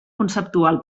conceptual